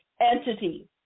entity